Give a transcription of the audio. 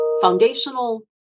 foundational